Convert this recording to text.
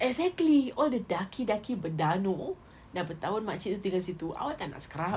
exactly all the daki daki benda dah bertahun makcik tu tinggal situ awak tak nak scrub